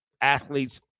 athletes